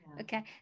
Okay